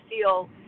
feel